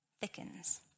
thickens